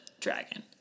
dragon